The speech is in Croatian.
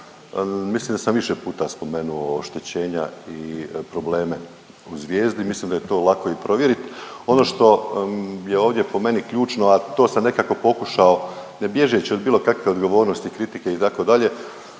Mislim da sam više puta spomenuo oštećenja i probleme u Zvijezdi. Mislim da je to lako i provjeriti. Ono što je ovdje po meni ključno, a to sam nekako pokušao ne bježeći od bilo kakve odgovornosti, kritike itd. koju